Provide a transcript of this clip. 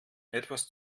etwas